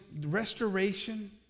Restoration